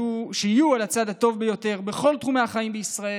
שיהיו על הצד הטוב ביותר בכל תחומי החיים בישראל,